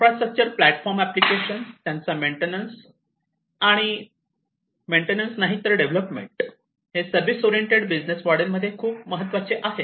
infrastructure platform application त्यांचा maintenance आणि फक्त मेंटेनन्स नाही तर डेव्हलपमेंट हे सर्विस ओरिएंटेड बिझनेस मोडेल मध्ये खूप महत्त्वाचे आहे